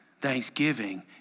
Thanksgiving